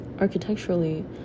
Architecturally